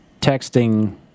texting